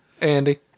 Andy